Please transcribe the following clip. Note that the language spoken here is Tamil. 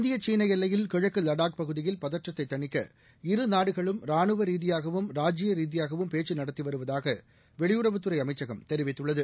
இந்திய சீன எல்லையில் கிழக்கு லடாக் பகுதியில் பதற்றத்தை தணிக்க இருநாடுகளும் ரானுவ ரீதியாகவும் ராஜிய ரீதியாகவும் பேச்சு நடத்தி வருவதாக வெளியுறவுத் துறை அமைச்சகம் தெரிவித்துள்ளது